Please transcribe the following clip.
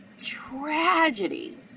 tragedy